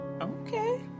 Okay